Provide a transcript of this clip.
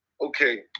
okay